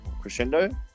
Crescendo